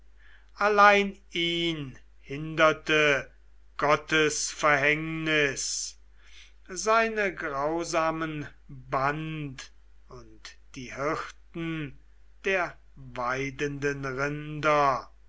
allein ihn hinderte gottes verhängnis seine grausamen band und die hirten der weidenden rinder